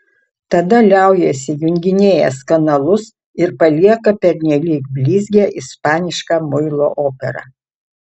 tada liaujasi junginėjęs kanalus ir palieka pernelyg blizgią ispanišką muilo operą